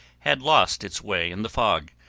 had lost its way in the fog,